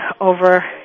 over